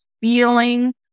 feeling